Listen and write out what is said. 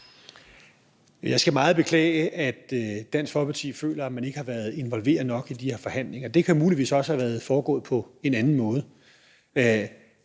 Jeg skal beklage meget, at Dansk Folkeparti føler, at man ikke har været nok involveret i de her forhandlinger. Det kunne muligvis også have været foregået på en anden måde.